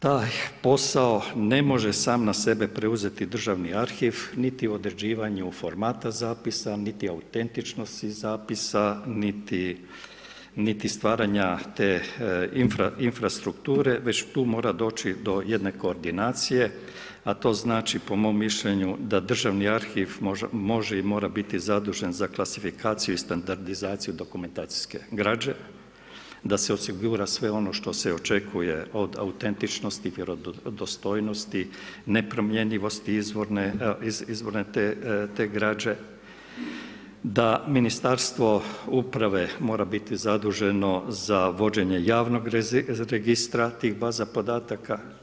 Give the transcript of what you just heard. Taj posao ne može sam na sebe preuzeti državni arhiv niti u određivanju formata zapisa nit autentičnosti zapisa niti stvaranja te infrastrukture već tu mora doći do jedne koordinacije a to znači po mom mišljenju da državni arhiv može i mora biti zadužen za klasifikaciju i standardizaciju dokumentacijske građe da se osigura sve ono što se očekuje od autentičnosti, vjerodostojnosti nepromjenjivosti izvorne te građe, da Ministarstvo uprave mora biti zaduženo za vođenje javnog registra tih baza podataka.